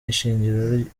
ishingiro